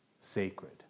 sacred